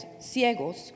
ciegos